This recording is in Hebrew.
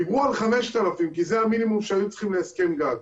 דיברו על 5,000 כי זה המינימום שהיו צריכים להסכם גג.